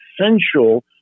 essential